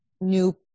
new